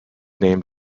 named